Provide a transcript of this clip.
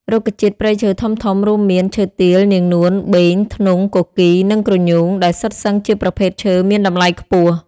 រុក្ខជាតិព្រៃឈើធំៗ រួមមាន ឈើទាល នាងនួន បេង ធ្នង់ គគីរ និងក្រញូង ដែលសុទ្ធសឹងជាប្រភេទឈើមានតម្លៃខ្ពស់។